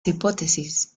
hipótesis